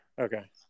Okay